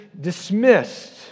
dismissed